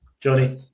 Johnny